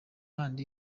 kandi